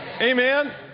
Amen